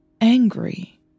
angry